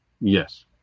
Yes